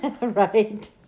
right